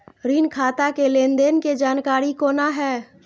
ऋण खाता के लेन देन के जानकारी कोना हैं?